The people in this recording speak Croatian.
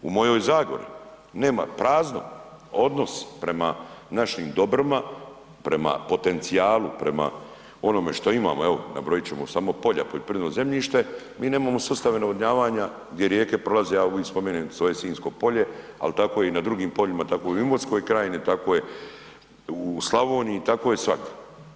U mojoj Zagori, nema, prazno, odnos prema našim dobrima, prema potencijalu, prema onome što imamo, evo, nabrojat ćemo samo polja, poljoprivredno zemljište, mi nemamo sustave navodnjavanja gdje rijeke prolaze, ja uvijek spomenem svoje Sinjsko polje, ali tako i na drugim poljima, tako i u Imotskoj krajini, tako je u Slavoniji, tako je svagdje.